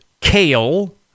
kale